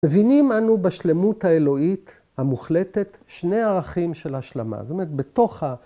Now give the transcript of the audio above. ‫מבינים אנו בשלמות האלוהית ‫המוחלטת שני ערכים של השלמה, זאת אומרת, בתוך ה...